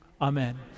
Amen